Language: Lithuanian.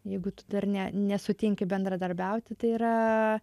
jeigu tu dar ne nesutinki bendradarbiauti tai yra